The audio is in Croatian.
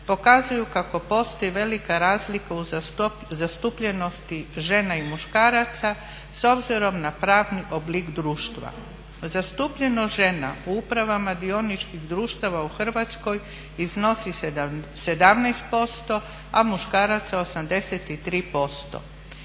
pokazuju kako postoji velika razlika u zastupljenosti žena i muškaraca s obzirom na pravni oblik društva. Zastupljenost žena u upravama dioničkih društava u Hrvatskoj iznosi 17%, a muškaraca 83%.